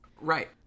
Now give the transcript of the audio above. Right